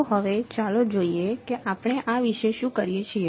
તો હવે ચાલો જોઈએ કે આપણે આ વિશે શું કરીએ છીએ